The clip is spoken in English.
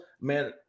man